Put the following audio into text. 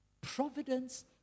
Providence